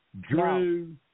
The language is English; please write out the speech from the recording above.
Drew